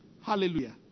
Hallelujah